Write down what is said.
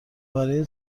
برای